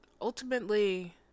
Ultimately